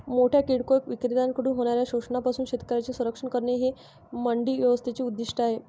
मोठ्या किरकोळ विक्रेत्यांकडून होणाऱ्या शोषणापासून शेतकऱ्यांचे संरक्षण करणे हे मंडी व्यवस्थेचे उद्दिष्ट आहे